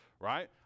right